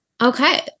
okay